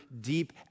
deep